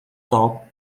top